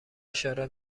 اشاره